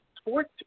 sports